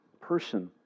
person